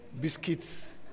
biscuits